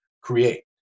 create